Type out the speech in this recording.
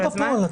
לא בפועל.